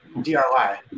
DRY